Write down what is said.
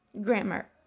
grammar